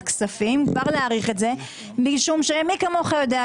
כספים כבר להאריך את זה משום שמי כמוך יודע,